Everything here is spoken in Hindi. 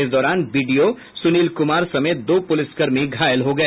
इस दौरान बीडीओ सुनील कुमार समेत दो पुलिसकर्मी घायल हो गए